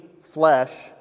flesh